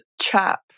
chap